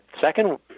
second